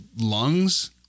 lungs